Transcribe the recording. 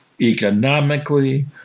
economically